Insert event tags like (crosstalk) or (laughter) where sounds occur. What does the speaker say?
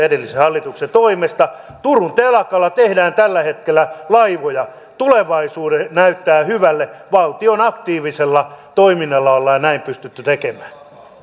(unintelligible) edellisen hallituksen toimesta turun telakalla tehdään tällä hetkellä laivoja tulevaisuus näyttää hyvälle valtion aktiivisella toiminnalla ollaan näin pystytty tekemään